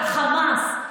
החמאס.